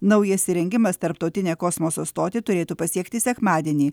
naujas įrengimas tarptautinę kosmoso stotį turėtų pasiekti sekmadienį